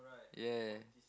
ya